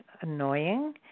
annoying